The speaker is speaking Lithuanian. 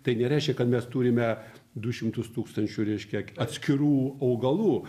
tai nereiškia kad mes turime du šimtus tūkstančių reiškia atskirų augalų